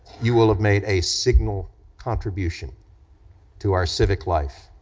you will have made a signal contribution to our civic life,